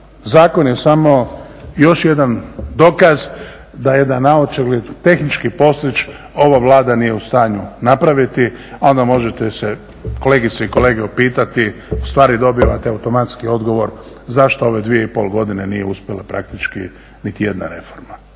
zakon je samo još jedan dokaz da jedan naočigled tehnički poslić ova Vlada nije u stanju napraviti. Onda možete se kolegice i kolege upitati, ustvari dobivati automatski odgovor zašto ove 2,5 godine nije uspjela praktički niti jedna reforma.